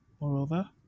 Moreover